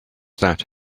that